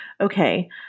okay